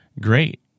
Great